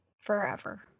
forever